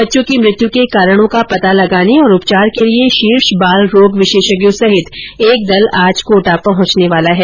बच्चों की मृत्यु के कारणों का पता लगाने और उपचार के लिए शीर्ष बाल रोग विशेषज्ञों सहित एक दल आज कोटा पहुंचने वाला है